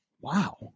wow